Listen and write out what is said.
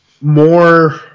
more